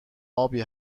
ابی